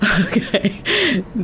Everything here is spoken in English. Okay